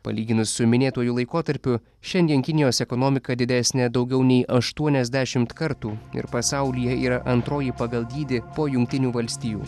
palyginus su minėtuoju laikotarpiu šiandien kinijos ekonomika didesnė daugiau nei aštuoniasdešimt kartų ir pasaulyje yra antroji pagal dydį po jungtinių valstijų